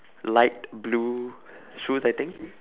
light blue shoes I think